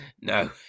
No